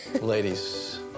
Ladies